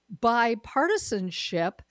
bipartisanship